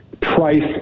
price